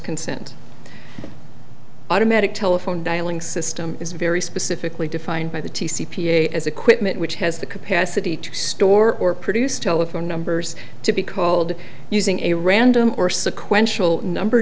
consent automatic telephone dialing system is very specifically defined by the t c p as equipment which has the capacity to store or produce telephone numbers to be called using a random or sequential number